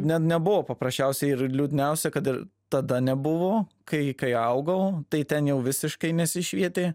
ne nebuvo paprasčiausiai ir liūdniausia kad ir tada nebuvo kai kai augau tai ten jau visiškai nesišvietė